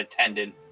attendant